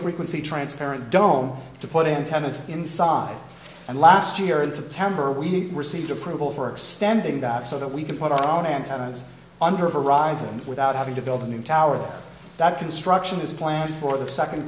frequency transparent dome to put in tennis inside and last year in september we received approval for extending that so that we can put our own antennas on horizon without having to build a new tower that construction is planned for the second